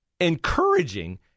encouraging